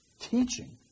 Teaching